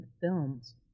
films